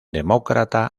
demócrata